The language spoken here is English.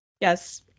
Yes